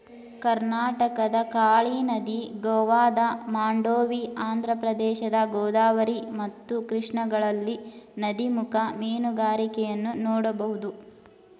ಕರ್ನಾಟಕದ ಕಾಳಿ ನದಿ, ಗೋವಾದ ಮಾಂಡೋವಿ, ಆಂಧ್ರಪ್ರದೇಶದ ಗೋದಾವರಿ ಮತ್ತು ಕೃಷ್ಣಗಳಲ್ಲಿ ನದಿಮುಖ ಮೀನುಗಾರಿಕೆಯನ್ನು ನೋಡ್ಬೋದು